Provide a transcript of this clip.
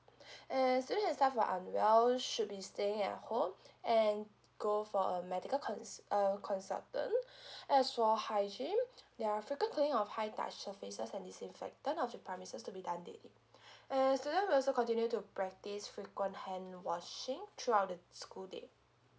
and student and staff who are unwell should be staying at home and go for a medical cons~ uh consultant as for hygiene there're frequent cleaning of high touch surfaces and disinfectant of the premises to be done daily and student will also continue to practice frequent hand washing throughout the school day